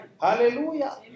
Hallelujah